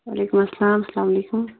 وعلیکُم اسلام اسلام علیکُم